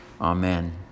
Amen